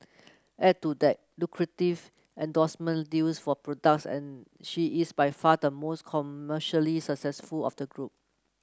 add to that lucrative endorsement deals for products and she is by far the most commercially successful of the group